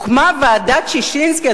הוקמה ועדת-ששינסקי.